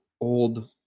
old